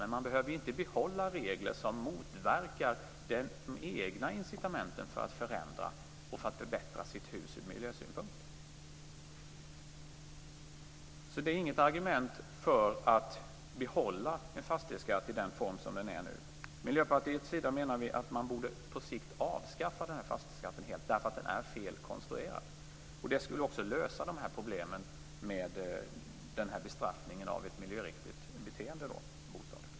Men man behöver inte behålla regler som motverkar de egna incitamenten för att förändra och förbättra sitt hus ur miljösynpunkt. Detta är alltså inget argument för att behålla en fastighetsskatt i den form som den har nu. Från Miljöpartiets sida menar vi att man på sikt borde avskaffa den här fastighetsskatten helt, för den är fel konstruerad. Det skulle också lösa problemen med den här bestraffningen av ett miljöriktigt beteende i bostaden.